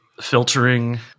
filtering